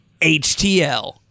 HTL